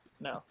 No